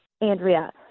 Andrea